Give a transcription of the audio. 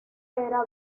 era